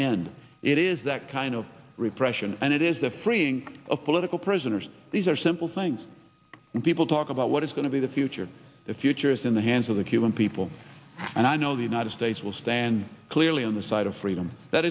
end it is that kind of repression and it is the freeing of political prisoners these are simple things people talk about what is going to be the future the future is in the hands of the cuban people and i know the united states will stand clearly on the side of freedom that